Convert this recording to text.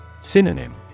Synonym